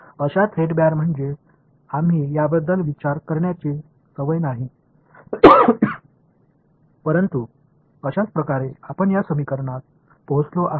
अशा थ्रेडबॅर म्हणजे आम्ही त्याबद्दल विचार करण्याची सवय नाही परंतु अशाच प्रकारे आपण या समीकरणात पोहोचलो आहोत